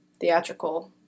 theatrical